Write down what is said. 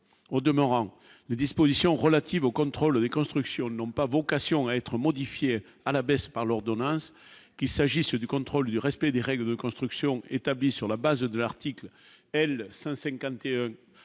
au demeurant, les dispositions relatives au contrôle des constructions n'ont pas vocation à être modifié à la baisse par l'ordonnance qu'il s'agisse du contrôle du respect des règles de construction établi sur la base de l'article L.